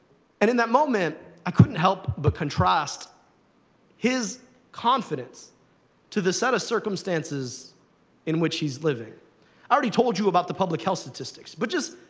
and, in that moment, i couldn't help but contrast his confidence to the set of circumstances in which he's living. i already told you about the public health statistics. but just,